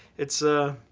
it's a